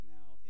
now